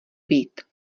být